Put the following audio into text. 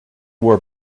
wore